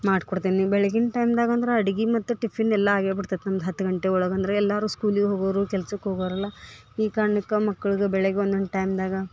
ಮಾಡ್ಕೊಡ್ತೇನಿ ಬೆಳಗಿನ ಟೈಮ್ದಾಗಂದ್ರ ಅಡ್ಗಿ ಮತ್ತು ಟಿಫಿನ್ ಎಲ್ಲಾ ಆಗೇ ಬಿಡ್ತೈತಿ ನಮ್ದು ಹತ್ತು ಗಂಟೆ ಒಳಗಂದ್ರೆ ಎಲ್ಲಾರು ಸ್ಕೂಲಿಗೆ ಹೋಗೋರು ಕೆಲ್ಸಕ್ಕೆ ಹೋಗೋರಲ್ಲಾ ಈ ಕಾರ್ಣಕ್ಕೆ ಮಕ್ಳಿಗೆ ಬೆಳಗ್ಗೆ ಒಂದೊಂದು ಟೈಮ್ದಾಗ